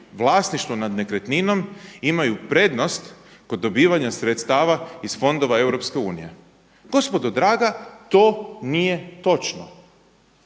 vlasništvo nad nekretninom imaju prednost kod dobivanja sredstava iz fondova EU. Gospodo draga to nije točno.